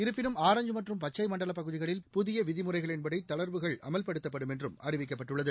இருப்பினும் ஆரஞ்ச் மற்றும் பச்சை மண்டலப் பகுதிகளில் புதிய விதிமுறைகளின்படி தளா்வுகள் அமல்படுத்தப்படும் என்றும் அறிவிக்கப்பட்டுள்ளது